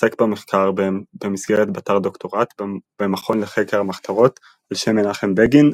עסק במחקר במסגרת בתר-דוקטורט במכון לחקר המחתרות על שם מנחם בגין,